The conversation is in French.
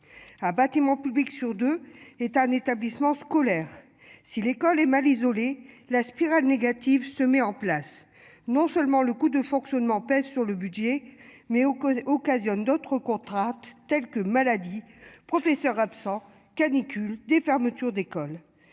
Ah, bâtiments publics sur 2 est un établissement scolaire si l'école et mal isolés. La spirale négative se met en place, non seulement le coût de fonctionnement pèsent sur le budget, mais aux causes. D'autres contrats tels que maladie professeur absent canicule des fermetures d'écoles,